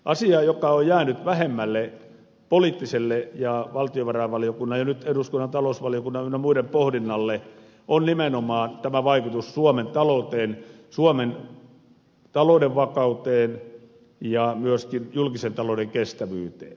asia joka on jäänyt vähemmälle poliittiselle ja valtiovarainvaliokunnan ja nyt eduskunnan talousvaliokunnan ynnä muiden pohdinnalle on nimenomaan vaikutus suomen talouteen suomen talouden vakauteen ja myöskin julkisen talouden kestävyyteen